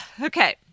Okay